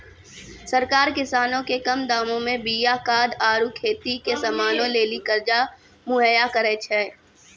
सरकार किसानो के कम दामो मे बीया खाद आरु खेती के समानो लेली कर्जा मुहैय्या करै छै